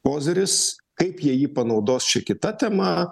koziris kaip jie jį panaudos čia kita tema